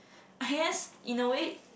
hence in a way